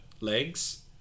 legs